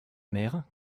mère